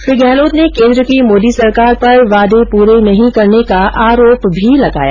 श्री गहलोत ने केन्द्र की मोदी सरकार पर वादे पूरे नहीं करने का आरोप भी लगाया